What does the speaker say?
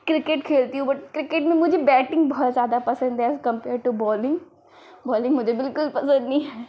cricket खेलती हूँ but cricket में मुझे बैटिन्ग बहुत ज़्यादा पसन्द है कम्पेयर टू बॉलिन्ग बॉलिन्ग मुझे बिल्कुल भी पसन्द नहीं है